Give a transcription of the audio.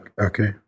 Okay